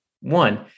one